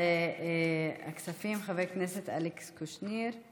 ועדת הכספים חבר הכנסת אלכס קושניר,